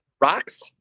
rocks